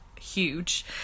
huge